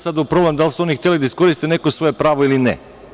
Ne ulazim u problem da li su oni hteli da iskoriste neko svoje pravo ili ne.